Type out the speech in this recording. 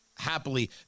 happily